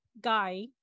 guy